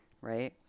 right